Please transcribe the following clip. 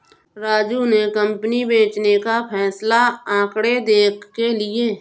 राजू ने कंपनी बेचने का फैसला आंकड़े देख के लिए